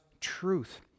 truth